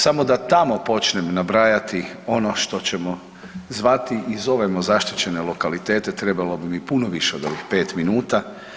Samo da tamo počnem nabrajati ono što ćemo zvati i zovemo zaštićene lokalitete trebalo bi mi puno više od ovih pet minuta.